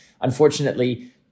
unfortunately